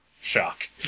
Shock